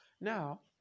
Now